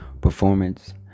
performance